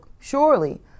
surely